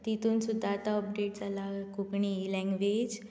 तातूंत सुद्दां आतां अपडेट जाला कोंकणी ही लँग्वेज